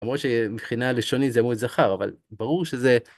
למרות שמבחינה לשונית זה אמור להיות זכר, אבל ברור שזה...